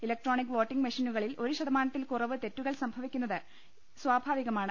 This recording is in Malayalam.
ഇല ക്ട്രോണിക് വോട്ടിംഗ് മെഷീനുകളിൽ ഒരു ശതമാനത്തിൽ കുറവ് തെറ്റുകൾ സംഭവിക്കുന്നത് സ്വാഭാവികമാണ്